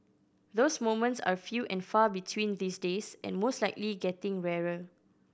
those moments are few and far between these days and most likely getting rarer